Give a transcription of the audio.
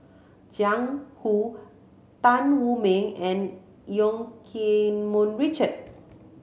Jiang Hu Tan Wu Meng and Yong Keng Mun Richard